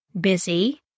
busy